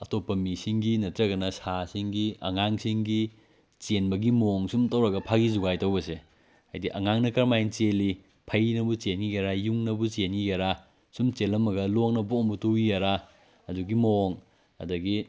ꯑꯇꯣꯞꯄ ꯃꯤꯁꯤꯡꯒꯤ ꯅꯠꯇ꯭ꯔꯒꯅ ꯁꯥꯁꯤꯡꯒꯤ ꯑꯉꯥꯡꯁꯤꯡꯒꯤ ꯆꯦꯟꯕꯒꯤ ꯃꯑꯣꯡ ꯁꯨꯝ ꯇꯧꯔꯒ ꯐꯥꯒꯤ ꯖꯨꯒꯥꯏ ꯇꯧꯕꯁꯦ ꯍꯥꯏꯗꯤ ꯑꯉꯥꯡꯅ ꯀꯔꯝꯃꯥꯏꯅ ꯆꯦꯜꯂꯤ ꯐꯩꯅꯕꯨ ꯆꯦꯟꯈꯤꯒꯦꯔꯥ ꯌꯨꯡꯅꯕꯨ ꯆꯦꯟꯈꯤꯒꯦꯔꯥ ꯁꯨꯝ ꯆꯦꯜꯂꯝꯃꯒ ꯂꯣꯡꯅ ꯕꯣꯝꯕꯨ ꯇꯨꯈꯤꯒꯦꯔꯥ ꯑꯗꯨꯒꯤ ꯃꯑꯣꯡ ꯑꯗꯒꯤ